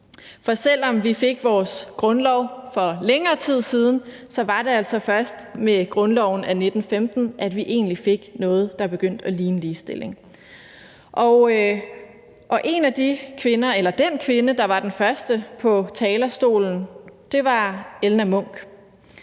For selv om vi fik vores grundlov for længere tid siden, var det altså først med grundloven af 1915, at vi egentlig fik noget, der begyndte at ligne ligestilling. Den kvinde, der var den første på talerstolen, var Elna Munch.